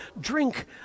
drink